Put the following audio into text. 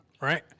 Right